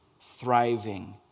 thriving